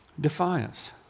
defiance